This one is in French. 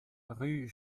rue